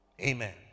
Amen